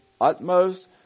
utmost